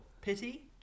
Pity